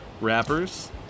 rappers